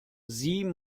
sieh